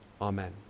Amen